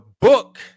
book